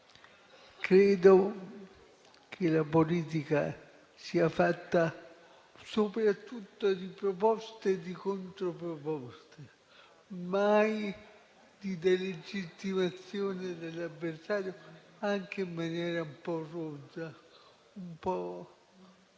Credo che la politica sia fatta soprattutto di proposte e di controproposte, mai di delegittimazione dell'avversario anche in maniera un po' rozza e un po'